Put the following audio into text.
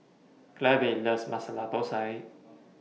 Clabe loves Masala Thosai